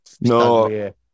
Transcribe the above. No